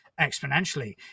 exponentially